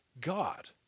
God